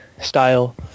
style